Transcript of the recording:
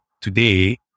today